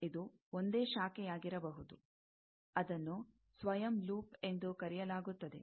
ಇದು ಒಂದೇ ಶಾಖೆಯಾಗಿರಬಹುದು ಅದನ್ನು ಸ್ವಯಂ ಲೂಪ್ ಎಂದು ಕರೆಯಲಾಗುತ್ತದೆ